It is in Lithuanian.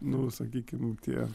nu sakykim tie